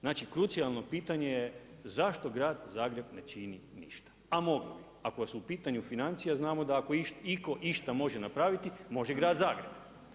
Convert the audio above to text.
Znali krucijalno pitanje je zašto grad Zagreb ne čini ništa, a mogao bi, ako su u pitanju financije znamo da ako itko išta može napraviti, može grad Zagreb.